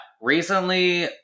recently